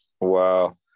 Wow